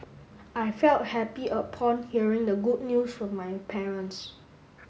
I felt happy upon hearing the good news from my parents